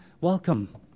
welcome